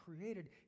created